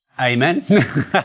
Amen